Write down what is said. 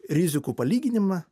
rizikų palyginimą